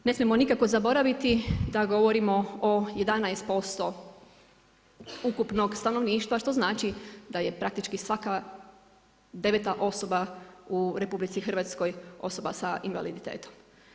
Ne smijemo nikako zaboraviti da govorimo o 11% ukupnog stanovništva što znači da je praktički svaka 9.-ta osoba u RH osoba sa invaliditetom.